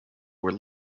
were